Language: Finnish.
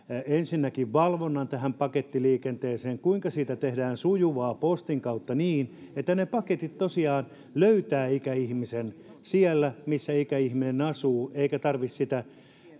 ensinnäkin valvonnan tähän pakettiliikenteeseen kuinka siitä tehdään sujuvaa postin kautta niin että ne paketit tosiaan löytävät ikäihmisen siellä missä ikäihminen asuu eikä tarvitse sitä